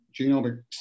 genomic